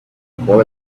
boy